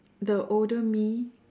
the older me